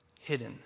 hidden